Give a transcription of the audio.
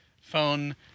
phone